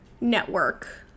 network